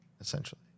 essentially